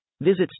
Visit